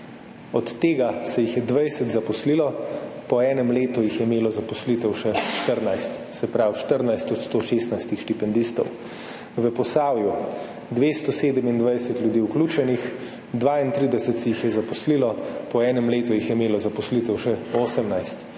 od tega se jih je 20 zaposlilo, po enem letu jih je imelo zaposlitev še 14. Se pravi 14 od 116 štipendistov. V Posavju 227 ljudi vključenih, 32 se jih je zaposlilo, po enem letu jih je imelo zaposlitev še 18.